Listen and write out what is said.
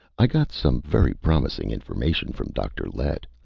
i got some very promising information from dr. lett.